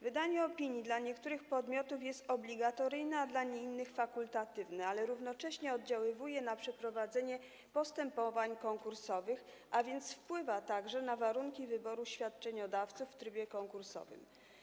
Wydanie opinii dla niektórych podmiotów jest obligatoryjne, a dla innych fakultatywne, ale równocześnie oddziałuje na przeprowadzenie postępowań konkursowych, a więc wpływa także na warunki wyboru świadczeniodawców w trybie konkursowym.